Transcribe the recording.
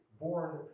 born